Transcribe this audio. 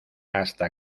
hasta